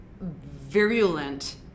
virulent